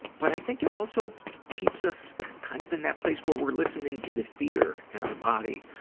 but i think it also keeps us kind of in that place where we're listening to the fear in our body,